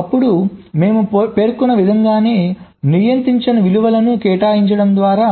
అప్పుడు మేము పేర్కొన్న విధంగానే నియంత్రించని విలువలను కేటాయించడం ద్వారా